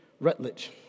Rutledge